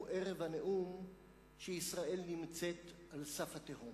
ערב הנאום שישראל נמצאת על סף התהום.